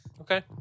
Okay